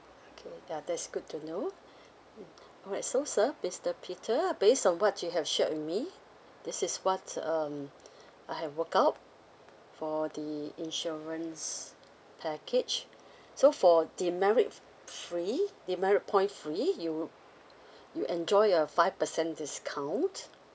okay ya that's good to know mm alright so sir mister peter based on what you have shared me this is what um I have worked out for the insurance package so for demerit free demerit point free you you enjoy a five percent discount